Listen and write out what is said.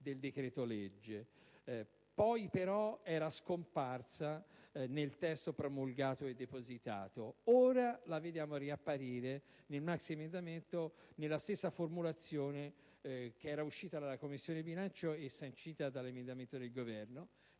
del decreto-legge e poi però nel testo depositato era scomparsa. Ora la vediamo riapparire nel maxiemendamento, nella stessa formulazione che era uscita dalla Commissione bilancio e sancita dall'emendamento del Governo.